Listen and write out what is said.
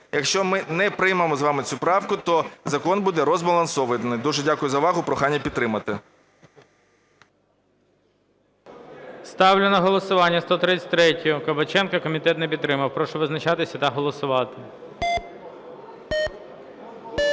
Якщо ми не приймемо з вами цю правку, то закон буде розбалансований. Дуже дякую за увагу. Прохання підтримати. ГОЛОВУЮЧИЙ. Ставлю на голосування 133-ю Кабаченка. Комітет не підтримав. Прошу визначатися та голосувати.